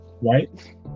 Right